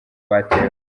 batewe